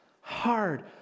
hard